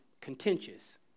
contentious